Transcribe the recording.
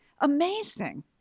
amazing